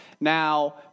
Now